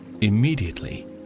immediately